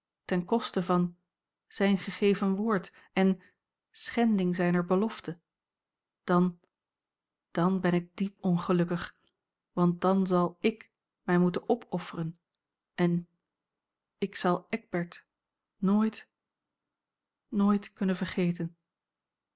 ten koste van zijn gegeven woord en schending zijner belofte dan dan ben ik diep ongelukkig want dan zal ik mij moeten opofferen en ik zal eckbert nooit nooit kunnen vergeten